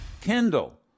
Kendall